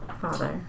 father